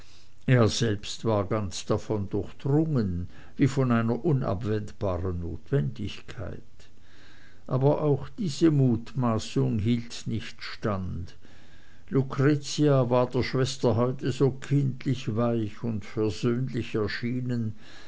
er selbst war ganz davon durchdrungen wie von einer unabwendbaren notwendigkeit aber auch diese mutmaßung hielt nicht stand lucretia war der schwester heute so kindlich weich und versöhnlich erschienen